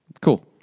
cool